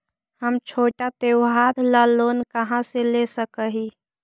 हम छोटा त्योहार ला लोन कहाँ से ले सक ही?